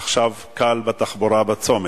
עכשיו קל לתחבורה בצומת.